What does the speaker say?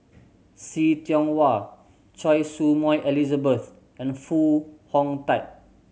See Tiong Wah Choy Su Moi Elizabeth and Foo Hong Tatt